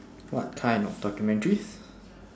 what kind of documentaries